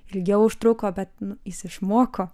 ilgiau užtruko bet nu jis išmoko